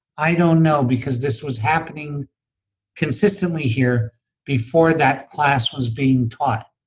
i don't know, because this was happening consistently here before that class was being taught,